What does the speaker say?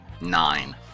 nine